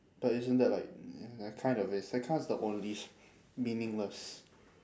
but isn't that like uh it kind of is that kind is the only meaningless